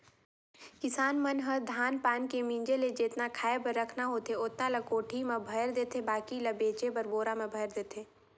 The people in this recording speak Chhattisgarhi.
किसान मन ह धान पान के मिंजे ले जेतना खाय बर रखना होथे ओतना ल कोठी में भयर देथे बाकी ल बेचे बर बोरा में भयर देथे